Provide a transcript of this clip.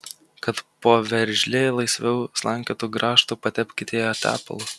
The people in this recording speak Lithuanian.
kad poveržlė laisviau slankiotų grąžtu patepkite ją tepalu